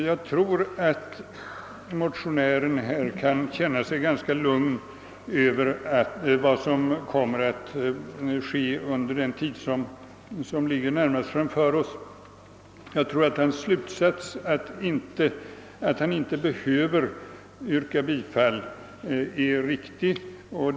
Jag tror att motionären kan känna sig ganska lugn inför vad som kommer att ske under den tid som ligger närmast framför oss. Jag tror att hans slutsats, att han inte behöver yrka bifall till motionen, är riktig.